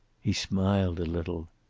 he smiled a little.